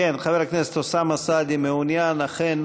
כן, חבר הכנסת אוסאמה סעדי מעוניין אכן